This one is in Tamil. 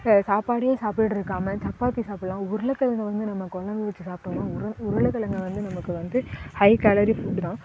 இப்போ சாப்பாடே சாப்பிட்டுட்ருக்காம சப்பாத்தி சாப்பிட்லாம் உருளைக்கிழங்கு வந்து நம்ம குழம்பு வச்சு சாப்பிட்டோன்னா உர உருளகிழங்கு வந்து நமக்கு வந்து ஹை கேலரி ஃபுட்டு தான்